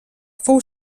fou